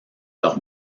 leurs